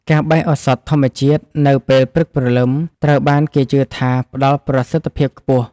ការបេះឱសថធម្មជាតិនៅពេលព្រឹកព្រលឹម ត្រូវបានគេជឿថាផ្តល់ប្រសិទ្ធភាពខ្ពស់។